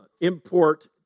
import